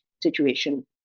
situation